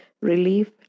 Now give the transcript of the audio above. relief